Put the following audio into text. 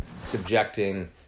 subjecting